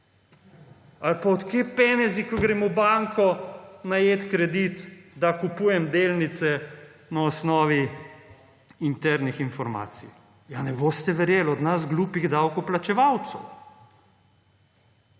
Ali pa: od kod penezi, ko grem na banko najet kredit, da kupujem delnice na osnovi internih informacij? Ja ne boste verjeli, od nas, glupih davkoplačevalcev.